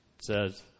says